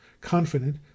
Confident